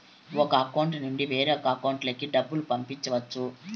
ఒక అకౌంట్ నుండి వేరొక అకౌంట్ లోకి డబ్బులు పంపించవచ్చు